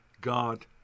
God